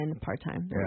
Part-time